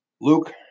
Luke